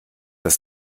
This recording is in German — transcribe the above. das